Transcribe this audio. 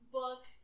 book